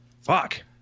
Fuck